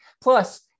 Plus